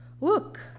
Look